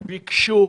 וביקשו.